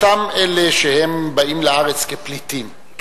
אותם אלה שבאים לארץ כפליטים,